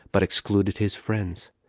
but excluded his friends.